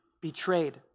betrayed